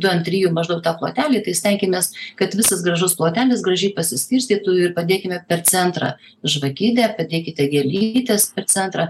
du ant trijų maždaug tą plotelį tai stenkimės kad visas gražus plotelis gražiai pasiskirstytų ir padėkime per centrą žvakidę padėkite gėlytes per centrą